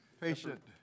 patient